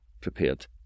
prepared